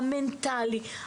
המנטלי.